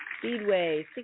Speedway